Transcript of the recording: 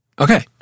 Okay